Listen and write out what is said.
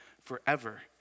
forever